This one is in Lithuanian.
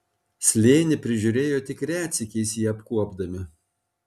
slėnį prižiūrėjo tik retsykiais jį apkuopdami